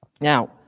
Now